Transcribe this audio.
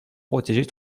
protéger